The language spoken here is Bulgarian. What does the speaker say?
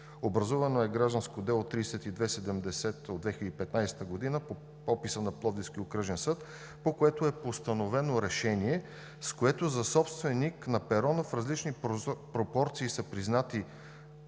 Образувано е гражданско дело № 3270 от 2015 г. по описа на Пловдивския окръжен съд, по което е постановено решение, с което за собственик на перона в различни пропорции са признати